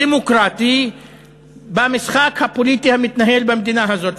דמוקרטי במשחק הפוליטי המתנהל במדינה הזאת.